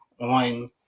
on